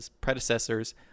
predecessors